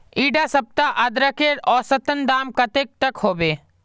इडा सप्ताह अदरकेर औसतन दाम कतेक तक होबे?